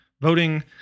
voting